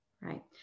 right